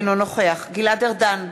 אינו נוכח גלעד ארדן,